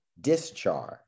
discharge